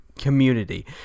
community